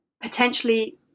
potentially